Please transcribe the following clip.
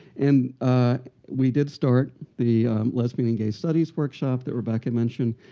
and we did start the lesbian and gay studies workshop that rebecca mentioned.